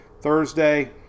thursday